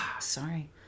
Sorry